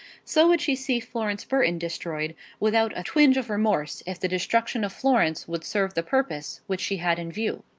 so would she see florence burton destroyed without a twinge of remorse, if the destruction of florence would serve the purpose which she had in view.